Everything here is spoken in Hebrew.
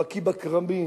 בקי בכרמים,